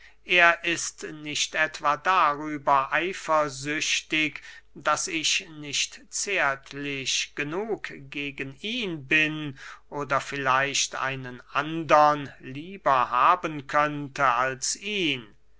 er ist nicht etwa darüber eifersüchtig daß ich nicht zärtlich genug gegen ihn bin oder vielleicht einen andern lieber haben könnte als ihn